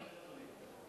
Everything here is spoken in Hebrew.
כן, אדוני.